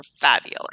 fabulous